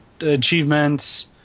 Achievements